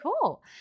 cool